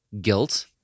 guilt